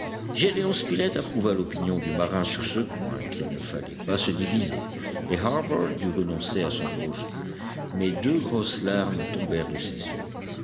gédéon spilett approuva l'opinion du marin sur ce point qu'il ne fallait pas se diviser et harbert dut renoncer à son projet mais deux grosses larmes tombèrent de ses yeux